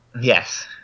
yes